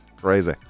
Crazy